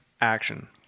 action